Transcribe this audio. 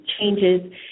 changes